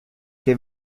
che